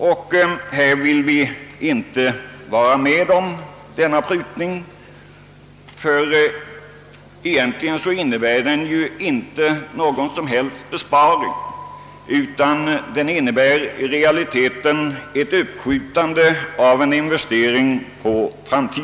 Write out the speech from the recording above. Vi vill inte vara med om denna prutning, ty den innebär egentligen inte någon som helst besparing, utan i realiteten ett skjutande på framtiden av en investering.